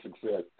success